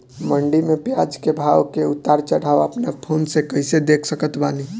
मंडी मे प्याज के भाव के उतार चढ़ाव अपना फोन से कइसे देख सकत बानी?